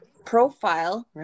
Profile